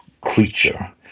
creature